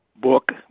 book